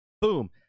boom